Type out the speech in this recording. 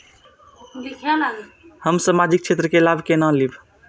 हम सामाजिक क्षेत्र के लाभ केना लैब?